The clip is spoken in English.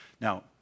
Now